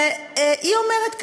והיא אומרת ככה: